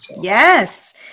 Yes